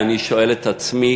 ואני שואל את עצמי